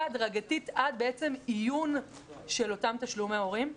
הדרגתית עד אִיוּן של אותם תשלומי הורים.